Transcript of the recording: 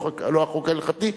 לא החוק ההלכתי.